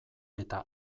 eta